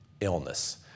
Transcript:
illness